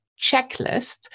checklist